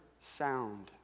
sound